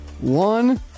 one